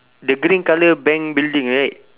the green colour bank building right